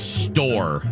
store